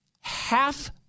half